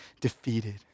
defeated